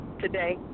today